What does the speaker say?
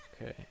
Okay